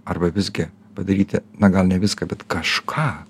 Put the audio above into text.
arba visgi padaryti na gal ne viską bet kažką